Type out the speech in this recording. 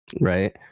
right